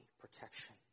protection